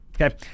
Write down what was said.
okay